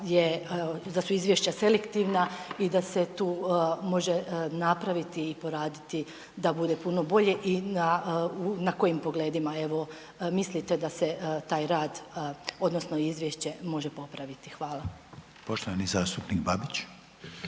da su izvješća selektivna i da se tu može napraviti i poraditi da bude puno bolja i na kojim pogledima evo, mislite da se taj rad odnosno izvješće može popraviti? Hvala. **Reiner, Željko